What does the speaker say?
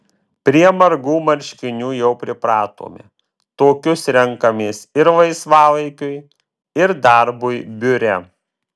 prie margų marškinių jau pripratome tokius renkamės ir laisvalaikiui ir darbui biure